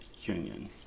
union